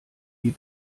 die